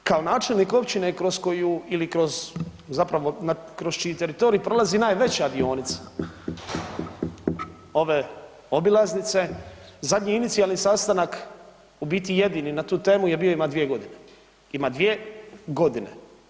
Dakle, kao načelnik općine kroz koju ili kroz zapravo kroz čiji teritorij prolazi najveća dionica ove obilaznice zadnji inicijalni sastanak u biti jedini na tu temu je bio ima 2 godine, ima 2 godine.